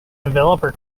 developer